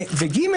דבר שלישי,